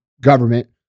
government